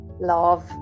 love